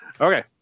Okay